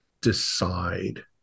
decide